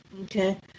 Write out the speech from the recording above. Okay